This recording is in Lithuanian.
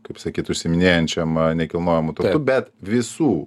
kaip sakyt užsiiminėjančiam a nekilnojamu turtu bet visų